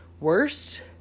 worst